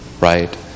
right